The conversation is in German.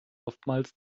oftmals